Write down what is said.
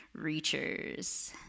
reachers